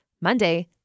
Monday